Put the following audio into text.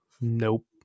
Nope